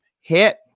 Hit